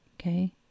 Okay